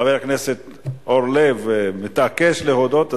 חבר הכנסת אורלב מתעקש להודות,